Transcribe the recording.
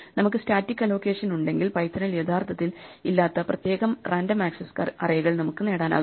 നമുക്ക് static allocation ഉണ്ടെങ്കിൽ പൈത്തണിൽ യഥാർത്ഥത്തിൽ ഇല്ലാത്ത പ്രത്യേക റാൻഡം ആക്സസ് അറേകൾ നമുക്ക് നേടാനാകും